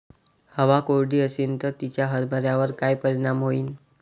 हवा कोरडी अशीन त तिचा हरभऱ्यावर काय परिणाम होईन?